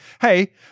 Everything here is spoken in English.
hey